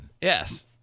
Yes